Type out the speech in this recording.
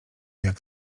jak